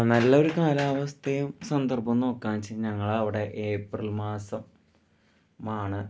ആ നല്ലൊരു കാലാവസ്ഥയും സന്ദർഭവും നോക്കുകയാണെന്ന് വെച്ചാൽ ഞങ്ങളുടെ ഇവിടെ ഏപ്രിൽ മാസമാണ്